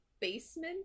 basement